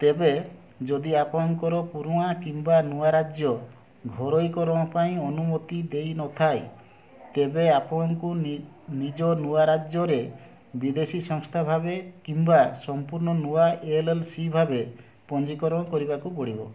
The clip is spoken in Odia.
ତେବେ ଯଦି ଆପଣଙ୍କ ପୁରୁଣା କିମ୍ବା ନୂଆ ରାଜ୍ୟ ଘରୋଇକରଣ ପାଇଁ ଅନୁମତି ଦେଇନଥାଏ ତେବେ ଆପଣଙ୍କୁ ନିଜ ନୂଆ ରାଜ୍ୟରେ ବିଦେଶୀ ସଂସ୍ଥା ଭାବେ କିମ୍ବା ସମ୍ପୂର୍ଣ୍ଣ ନୂଆ ଏଲ୍ ଏଲ୍ ସି ଭାବେ ପଞ୍ଜୀକରଣ କରିବାକୁ ପଡ଼ିବ